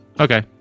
Okay